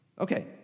Okay